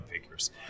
Figures